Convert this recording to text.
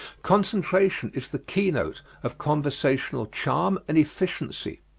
concentration is the keynote of conversational charm and efficiency.